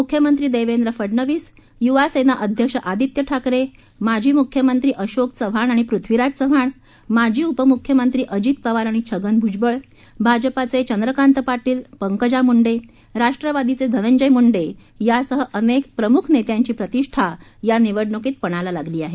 म्ख्यमंत्री देवेंद्र फडणवीस य्वासेना अध्यक्ष आदित्य ठाकरे माजी म्ख्यमंत्री अशोक चव्हाण आणि पृथ्वीराज चव्हाण माजी उपमुख्यमंत्री अजित पवार आणि छगन भुजबळ भाजपाचे चंद्रकांत पाटील पंकजा मुंडे राष्ट्रवादीचे धनंजय मुंडे यांसह अनेक प्रमुख नेत्यांची प्रतिष्ठा या निवडण्कीत पणाला लागली आहे